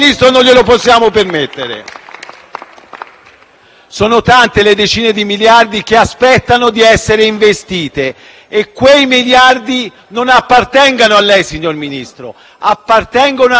Sono tante le decine di miliardi che aspettano di essere investite e appartengono non a lei, signor Ministro, ma al nostro Paese e alla nostra comunità nazionale: